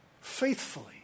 faithfully